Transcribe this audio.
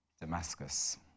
Damascus